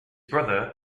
brother